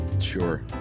Sure